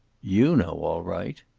you know, all right.